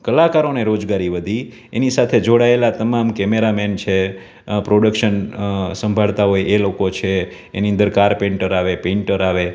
કલાકારોને રોજગારી વધી એની સાથે જોડાયેલા તમામ કેમેરા મેન છે પ્રોડક્શન સંભાળતાં હોય એ લોકો છે એની અંદર કારપેન્ટર આવે પેન્ટર આવે